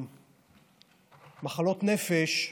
מחלות נפש,